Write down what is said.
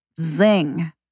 Zing